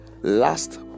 last